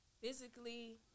Physically